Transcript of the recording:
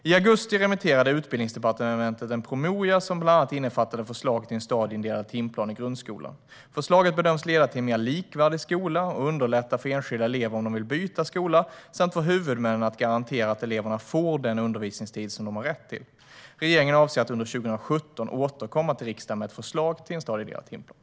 I augusti remitterade Utbildningsdepartementet en promemoria som bland annat innefattade förslag till en stadieindelad timplan i grundskolan. Förslaget bedöms leda till en mer likvärdig skola och underlätta för enskilda elever att byta skola om de vill samt för huvudmännen att garantera att eleverna får den undervisningstid som de har rätt till. Regeringen avser att under 2017 återkomma till riksdagen med ett förslag till en stadieindelad timplan.